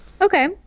Okay